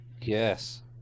Yes